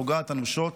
פוגעת אנושות